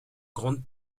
grande